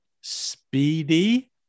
speedy